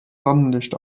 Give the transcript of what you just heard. sonnenlicht